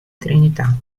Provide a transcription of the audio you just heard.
trinità